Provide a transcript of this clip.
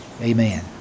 Amen